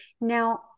Now